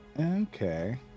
Okay